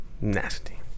Nasty